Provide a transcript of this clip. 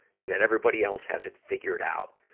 and that everybody else has it figured out,